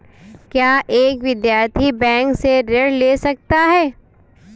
क्या एक विद्यार्थी बैंक से ऋण ले सकता है?